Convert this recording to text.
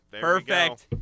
perfect